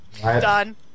Done